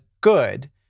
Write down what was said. good